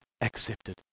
accepted